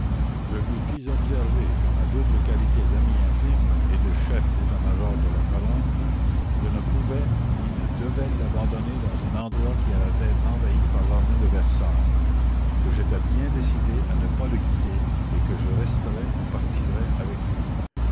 je lui fis observer qu'en ma double qualité d'ami intime et de chef d'état-major de la colonne je ne pouvais ni ne devais l'abandonner dans un endroit qui allait être envahi par l'armée de versailles que j'étais bien décidé à ne pas le quitter et que je resterais ou partirais avec lui